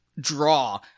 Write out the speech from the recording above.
draw